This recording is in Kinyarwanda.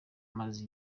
umaze